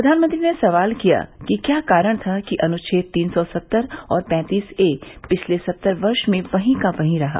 प्रधानमंत्री ने सवाल किया कि क्या कारण था कि अनुच्छेद तीन सौ सत्तर और पैंतीस ए पिछले सत्तर वर्ष में वहीं का वहीं रहा